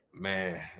Man